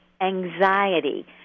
anxiety